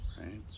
Right